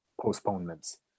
postponements